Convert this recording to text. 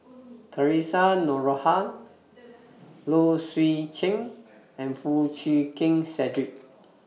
Theresa Noronha Low Swee Chen and Foo Chee Keng Cedric